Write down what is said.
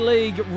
League